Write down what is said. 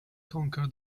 conquer